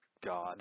God